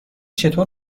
چطور